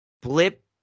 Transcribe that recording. blip